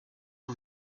que